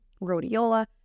rhodiola